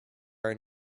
our